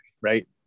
right